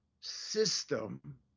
system